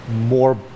more